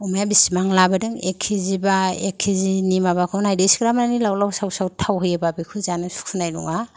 अमाया बिसिबां लाबोदों एक केजिबा एक केजिनि माबाखौ नायदो इसिबां मानि लाव लाव साव साव थाव होयोबा बेखौ जानो सुखुनाय नङा